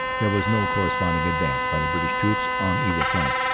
there was no corresponding advance by the british troops on either flank,